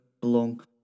belong